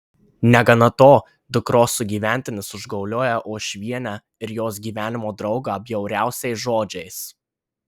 negana to dukros sugyventinis užgaulioja uošvienę ir jos gyvenimo draugą bjauriausiais žodžiais